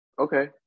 Okay